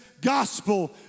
gospel